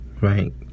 Right